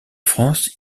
france